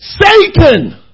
Satan